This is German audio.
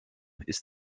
ist